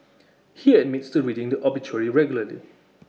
he admits to reading the obituary regularly